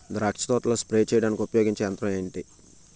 ద్రాక్ష తోటలో స్ప్రే చేయడానికి ఉపయోగించే యంత్రం ఎంటి?